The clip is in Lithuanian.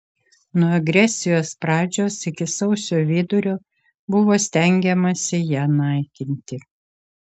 nuo agresijos pradžios iki sausio vidurio buvo stengiamasi ją naikinti